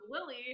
Lily